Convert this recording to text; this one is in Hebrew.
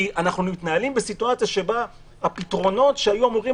אנחנו מתנהלים בסיטואציה שבה הפתרונות שהיו אמורים